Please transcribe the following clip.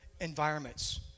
environments